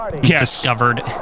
discovered